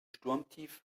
sturmtief